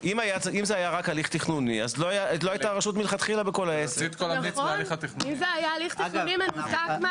אז איפה שהתנאים מתקיימים והממונה מגיעה למסקנה